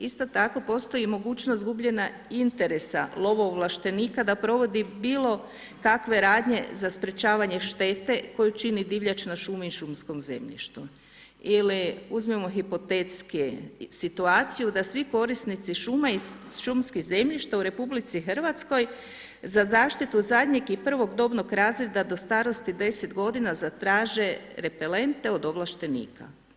Isto tako postoji i mogućnost gubljenja interesa lovoovlaštenika da provodi bilo kakve radnje za sprječavanje štete koju čini divljač na šumi i šumskom zemljištu ili uzmimo hipotetski situaciju da svi korisnici šuma i šumskih zemljišta u RH za zaštitu zadnjeg i prvog dobnog razreda do starosti 10 godina zatraže repelente od ovlaštenika.